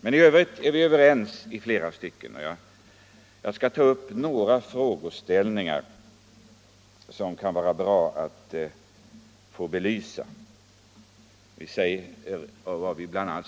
Men i övrigt är vi överens i flera stycken, och jag skall bara ta upp några frågeställningar som det kan vara bra att få belysa.